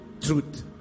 truth